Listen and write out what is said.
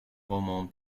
roman